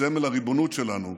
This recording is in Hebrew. סמל הריבונות שלנו,